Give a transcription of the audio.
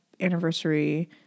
anniversary